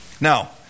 Now